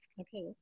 Okay